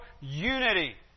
unity